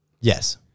Yes